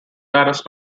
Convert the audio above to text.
dallas